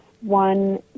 one